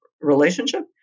relationship